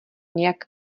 nějak